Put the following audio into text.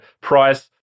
Price